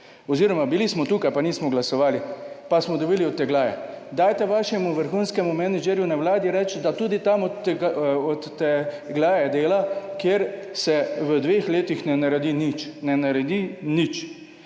oziroma bili smo tukaj pa nismo glasovali, pa smo dobili odtegljaje. Dajte vašemu vrhunskemu menedžerju na Vladi reči, da tudi tam odtegljaje dela kjer se v dveh letih ne naredi nič, ne naredi nič